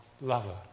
lover